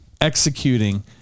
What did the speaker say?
Executing